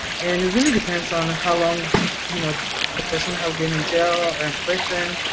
and it really depends on how long you know the person has been in jail or in prison,